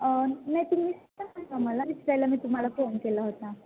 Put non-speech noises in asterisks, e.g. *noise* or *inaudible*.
नाही तुम्ही *unintelligible* मी तुम्हाला फोन केला होता